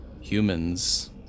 humans